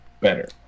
better